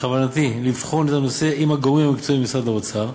בכוונתי לבחון את הנושא עם הגורם המתאים במשרד האוצר.